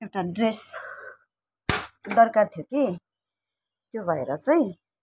एउटा ड्रेस दरकार थियो कि त्यो भएर चाहिँ